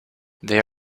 they